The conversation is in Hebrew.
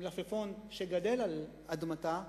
למלפפון שגדל על אדמתה,